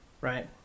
right